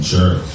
Sure